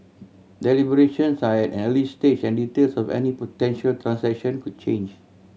deliberations are at an early stage and details of any potential transaction could change